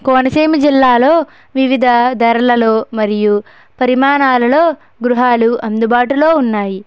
కోనసీమ జిల్లాలో వివిధ ధరలలో మరియు పరిమాణాలలో గృహాలు అందుబాటులో ఉన్నాయి